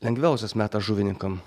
lengviausias metas žuvininkam